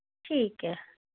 ठीक ऐ